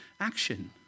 action